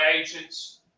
agents